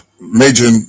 major